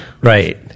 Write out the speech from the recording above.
Right